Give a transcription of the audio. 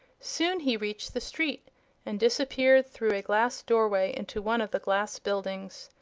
soon he reached the street and disappeared through a glass doorway into one of the glass buildings.